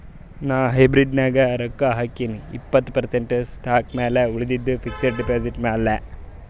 ನಾ ಹೈಬ್ರಿಡ್ ನಾಗ್ ರೊಕ್ಕಾ ಹಾಕಿನೀ ಇಪ್ಪತ್ತ್ ಪರ್ಸೆಂಟ್ ಸ್ಟಾಕ್ ಮ್ಯಾಲ ಉಳಿದಿದ್ದು ಫಿಕ್ಸಡ್ ಡೆಪಾಸಿಟ್ ಮ್ಯಾಲ